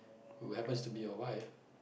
who happens to be your wife